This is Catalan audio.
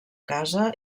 casa